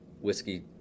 whiskey